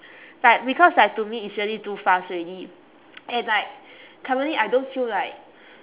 like because like to me it's really too fast already and like currently I don't feel like